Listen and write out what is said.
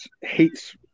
hates